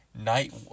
Night